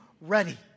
ready